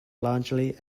largely